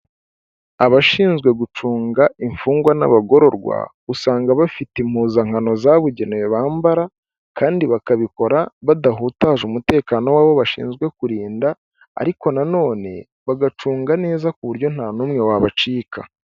Abashinzwe gucunga imfungwa n'abagororwa usanga bafite impuzankano zabugenewe bambara, kandi bakabikora badahutaje umutekano w'abo bashinzwe kurinda, ariko na none bagacunga neza ku buryo nta n'umwe wabacika.